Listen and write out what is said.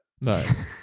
Nice